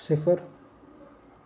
सिफर